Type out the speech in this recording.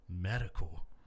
medical